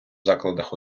закладах